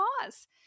pause